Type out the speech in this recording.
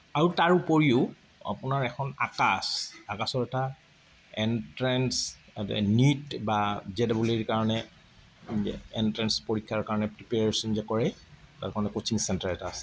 আৰু তাৰ উপৰিও আপোনাৰ এখন আকাশ আকাশৰ এটা এনট্ৰেঞ্চ নিট বা জে ডাবল ই কাৰণে এনট্ৰেঞ্চ পৰীক্ষাৰ কাৰণে প্ৰিপেয়াৰেচন যে কৰে তাৰ কাৰণে কছিং চেণ্টাৰ এটা আছে